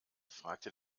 fragte